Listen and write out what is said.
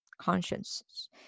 conscience